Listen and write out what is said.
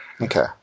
Okay